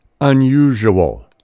unusual